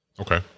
Okay